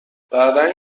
بعدا